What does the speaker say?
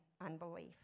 unbelief